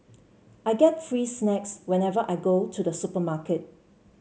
I get free snacks whenever I go to the supermarket